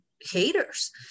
haters